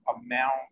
amount